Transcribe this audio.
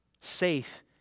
Safe